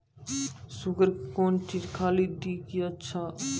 Sugar के कौन चीज खाली दी कि अच्छा हुए?